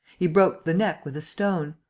he broke the neck with a stone.